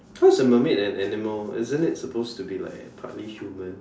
how's a mermaid an animal isn't it supposed to be like partly human